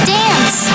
dance